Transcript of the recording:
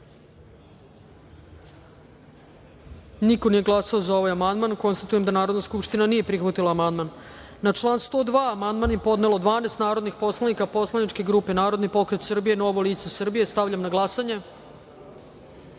niko nije glasao za ovaj amandman. Konstatujem da Narodna skupština nije prihvatila amandman. Na član 102. amandman je podnelo 12 narodnih poslanika poslaničke grupe Narodni pokret Srbije – Novo lice Srbije. Stavljam na glasanje